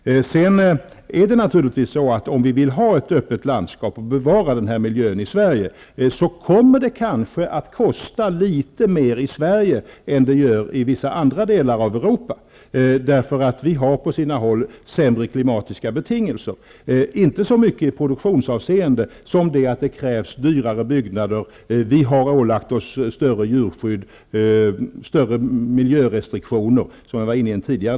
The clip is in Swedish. Om vi vill ha ett öppet landskap och bevara den miljön i Sverige, kommer det kanske att kosta litet mer i Sverige än det gör i vissa andra delar av Europa. I Sverige är det på sina håll sämre klimatiska betingelser -- inte så mycket i produktionsavseende som att det krävs dyrare byggnader. Vi har också ålagt oss bättre djurskydd och större miljörestriktioner.